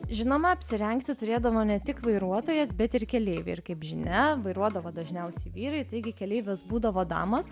žinoma apsirengti turėdavo ne tik vairuotojas bet ir keleiviai ir kaip žinia vairuodavo dažniausiai vyrai taigi keleivės būdavo damos